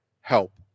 help